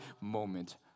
moment